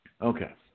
Okay